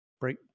Break